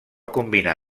combinar